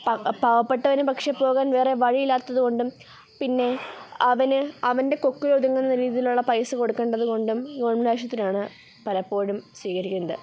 പ പാവപ്പെട്ടവന് പക്ഷേ പോകാൻ വേറെ വഴിയില്ലാത്തത് കൊണ്ടും പിന്നെ അവന് അവൻ്റെ കൊക്കിലൊതുങ്ങുന്ന രീതിയിലുള്ള പൈസ കൊടുക്കണ്ടത് കൊണ്ടും ഗവണ്മെൻറ് ആശുപത്രിയാണ് പലപ്പോഴും സ്വീകരിക്കുന്നത്